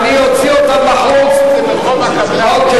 להוציא בחוץ זה ברחוב הקבלן.